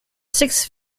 six